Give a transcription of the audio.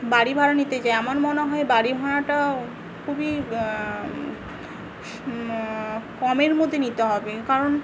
বাড়ি ভাড়া নিতে চায় আমার মনে হয় বাড়ি ভাড়াটা খুবই কমের মধ্যে নিতে হবে কারণ